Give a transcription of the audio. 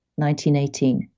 1918